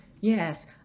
Yes